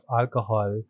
alcohol